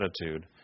attitude